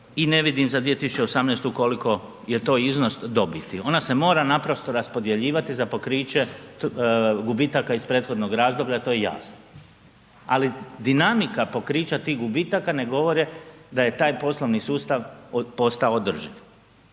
i ne vidim za 2018. koliko je to iznos dobiti. Ona se mora naprosto raspodjeljivati za pokriće gubitaka iz prethodnog razloga to je jasno, ali dinamika pokrića tih gubitaka ne govore da je taj poslovni sustav postao održiv